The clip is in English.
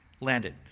landed